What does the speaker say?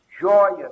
joyous